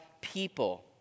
people